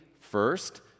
First